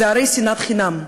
הרי זה שנאת חינם,